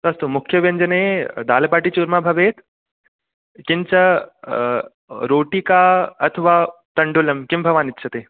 अस्तु मुख्यव्यञ्जने दाल्बाटि चूर्मा भवेत् किञ्च रोटिका अथवा तण्डुलं किं भवान् इच्छते